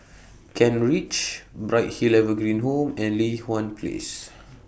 Kent Ridge Bright Hill Evergreen Home and Li Hwan Place